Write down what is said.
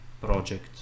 project